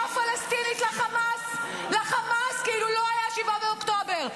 פלסטינית לחמאס ------- כאילו לא היה 7 באוקטובר.